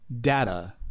data